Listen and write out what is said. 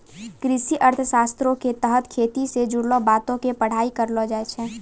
कृषि अर्थशास्त्रो के तहत खेती से जुड़लो बातो के पढ़ाई करलो जाय छै